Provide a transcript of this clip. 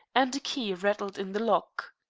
and a key rattled in the lock.